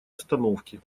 остановки